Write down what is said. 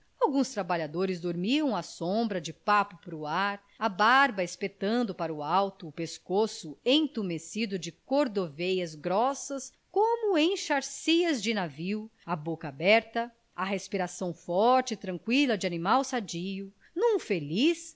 alguns trabalhadores dormiam à sombra de papo para o ar a barba espetando para o alto o pescoço intumescido de cordoveias grossas como enxárcias de navio a boca aberta a respiração forte e tranqüila de animal sadio